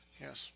Yes